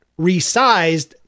resized